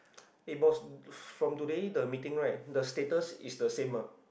eh boss from today the meeting right the status is the same ah